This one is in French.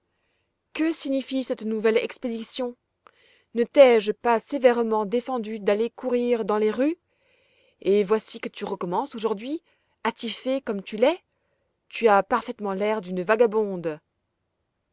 que signifie cette nouvelle expédition ne t'ai-je pas sévèrement défendu d'aller courir dans les rues et voici que tu recommences aujourd'hui attifée comme tu l'es tu as parfaitement l'air d'une vagabonde